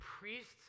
Priests